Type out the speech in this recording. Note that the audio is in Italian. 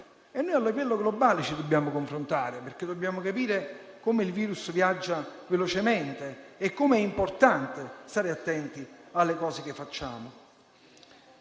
Ed è al livello globale che ci dobbiamo confrontare perché dobbiamo capire che il virus viaggia velocemente e quanto è importante stare attenti a tutto ciò che facciamo.